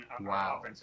Wow